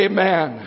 Amen